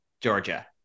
Georgia